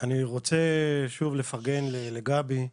אני רוצה לפרגן לגבי.